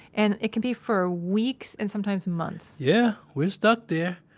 and it can be for weeks and sometimes months yeah. we're stuck there,